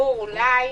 אולי